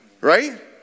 Right